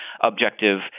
objective